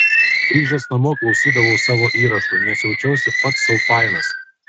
grįžęs namo klausydavau savo įrašų nes jaučiausi pats sau fainas